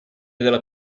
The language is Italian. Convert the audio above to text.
della